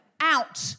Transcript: out